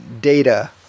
Data